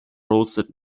roasted